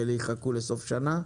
ואלה יחכו לסוף שנה.